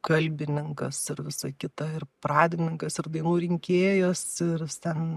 kalbininkas ir visa kita ir pradininkas ir dainų rinkėjas ir jis ten